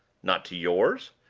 not to yours?